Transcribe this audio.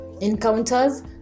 encounters